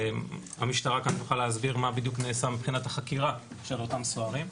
המשטרה כאן תוכל להסביר מה בדיוק נעשה מבחינת החקירה של אותם סוהרים.